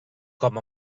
com